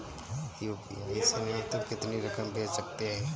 UPI से न्यूनतम कितनी रकम भेज सकते हैं?